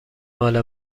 مال